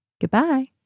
Goodbye